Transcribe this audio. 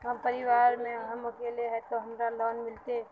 हम परिवार में हम अकेले है ते हमरा लोन मिलते?